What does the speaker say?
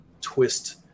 twist